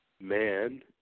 man